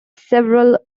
several